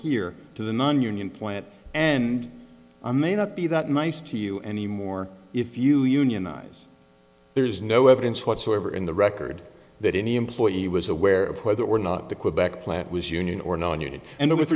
here to the nonunion plant and i may not be that nice to you anymore if you unionize there's no evidence whatsoever in the record that any employee was aware of whether or not the quebec plant was union or nonunion and with